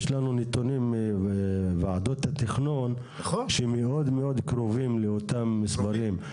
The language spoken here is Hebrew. יש לנו נתונים מוועדות התכנון שמאוד קרובים לאותם מספרים.